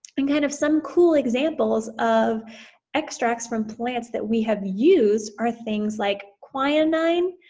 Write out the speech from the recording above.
and kind of some cool examples of extracts from plants that we have used are things like quinine,